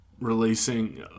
releasing